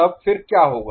तब फिर क्या होगा